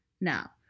Now